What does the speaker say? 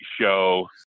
show